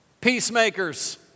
peacemakers